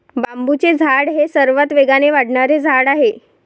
बांबूचे झाड हे सर्वात वेगाने वाढणारे झाड आहे